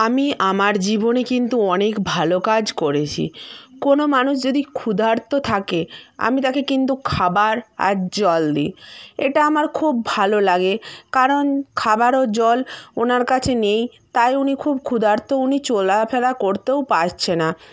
আমি আমার জীবনে কিন্তু অনেক ভালো কাজ করেছি কোনও মানুষ যদি ক্ষুধার্ত থাকে আমি তাকে কিন্তু খাবার আর জল দিই এটা আমার খুব ভালো লাগে কারণ খাবার ও জল ওনার কাছে নেই তাই উনি খুব ক্ষুধার্ত উনি চলা ফেরা করতেও পারছে না